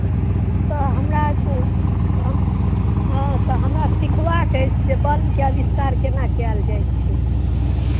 तऽ हमरा तऽ हम हँ तऽ हमरा सिखबाक अछि जे बल्बके आविष्कार केना कयल जाइ छै